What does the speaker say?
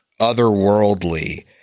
otherworldly